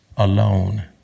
Alone